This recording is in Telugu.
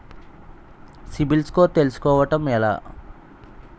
సిబిల్ స్కోర్ తెల్సుకోటం ఎలా?